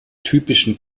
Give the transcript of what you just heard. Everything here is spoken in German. typischen